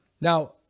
Now